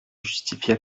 justifia